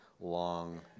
long